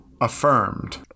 Affirmed